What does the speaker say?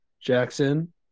Jackson